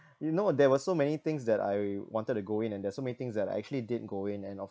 you know there were so many things that I wanted to go in and there are so many things that I actually did go in and of